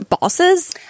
bosses